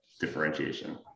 differentiation